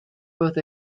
both